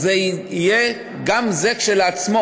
גם זה כשלעצמו,